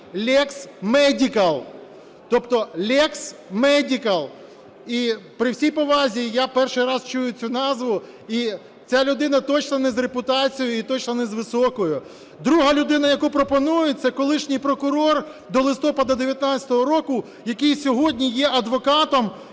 "Лекс Медикал", тобто "Лекс Медикал". І, при всій повазі, я перший раз чую цю назву, і ця людина точно не з репутацією і точно не з високою. Друга людина, яку пропонують, – це колишній прокурор до листопада 19-го року, який сьогодні є адвокатом